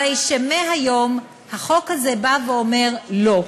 הרי שהיום החוק הזה בא ואומר: לא.